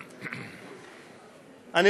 כבודו,